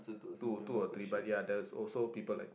two two or three but ya there is also people like